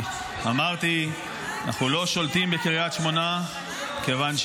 אמרתי שאנחנו לא שולטים בקריית שמונה כיוון